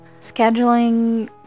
Scheduling